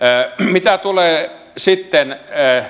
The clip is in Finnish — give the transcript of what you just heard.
mitä tulee sitten